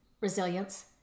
resilience